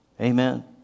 Amen